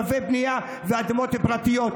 קווי בנייה ואדמות פרטיות.